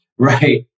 Right